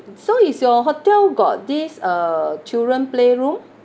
so is your hotel got this uh children playroom